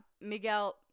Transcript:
Miguel